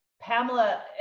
Pamela